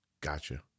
Gotcha